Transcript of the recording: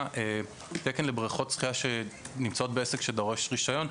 קיים תקן לבניית בריכות שחייה בעסק שדורש רישיון.